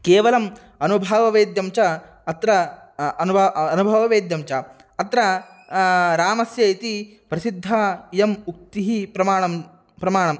केवलम् अनुभववेद्यं च अत्र अनुभवः अनुभववेद्यं च अत्र रामस्य इति प्रसिद्धा इयम् उक्तिः प्रमाणं प्रमाणं